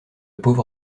pauvre